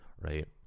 Right